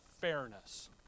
fairness